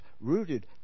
rooted